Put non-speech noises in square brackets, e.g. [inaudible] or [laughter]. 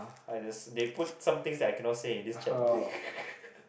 like they put some things I cannot say in this chat [laughs]